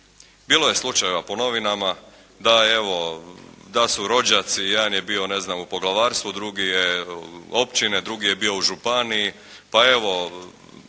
Bilo je slučajeva po novinama da su rođaci, jedan je bio ne znam u poglavarstvu, drugi je, općine, drugi je bio u županiji,